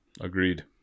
Agreed